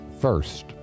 First